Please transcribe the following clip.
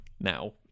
now